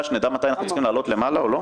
שנדע מתי אנחנו צריכים לעלות למעלה או לא?